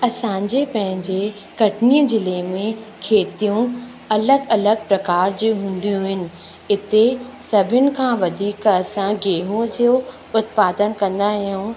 असांजे पंहिंजे कटनी ज़िले में खेतियूं अलॻि अलॻि प्रकार जी हूंदियूं आहिनि हिते सभिनि खां वधीक असां गेहू जो उत्पादन कंदा आयूं